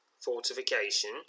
fortification